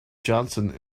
johnson